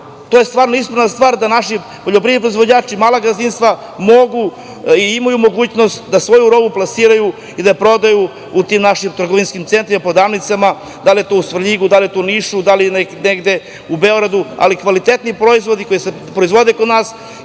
to je stvarno ispravna stvar da naši poljoprivredni proizvođači i mala gazdinstva mogu i imaju mogućnost da svoju robu plasiraju i da prodaju u tim našim trgovinskim centrima, prodavnicama, da li je to u Svrljigu, da li je u Nišu, da li negde u Beogradu, ali kvalitetni proizvodi koji se proizvode kod nas,